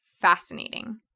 fascinating